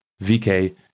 vk